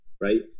right